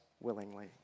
willingly